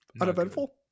Uneventful